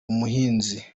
umuhinzi